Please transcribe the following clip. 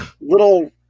little